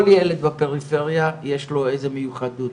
כל ילד בפריפריה יש לו איזה מיוחדות,